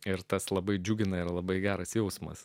ir tas labai džiugina yra labai geras jausmas